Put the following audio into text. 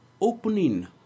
opening